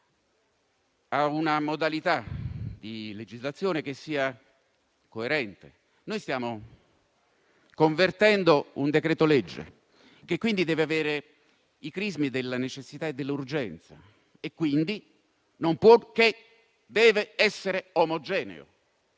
a una modalità di legislazione che sia coerente. Stiamo convertendo un decreto-legge, che quindi deve avere i crismi della necessità e dell'urgenza, dunque non può che essere omogeneo,